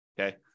Okay